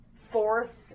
fourth